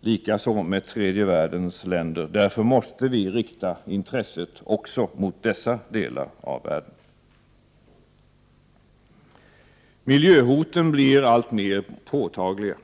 likaså med tredje världens länder. Därför måste vi rikta intresset också mot dessa delar av världen. Miljöhoten blir alltmer påtagliga.